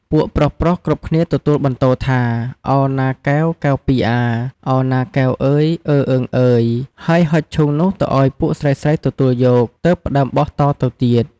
ពួកប្រុសៗគ្រប់គ្នាទទួលបន្ទរថា «ឱណាកែវ កែវពីអា ឱណាកែវអឺយ អឺអឺងអឺយ! » ហើយហុចឈូងនោះទៅអោយពួកស្រីៗទទួលយកទើប ផ្ដើមបោះតទៅទៀត។